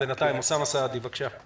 בינתיים, אוסאמה סעדי, בבקשה.